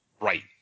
Right